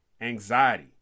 anxiety